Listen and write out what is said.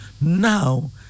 now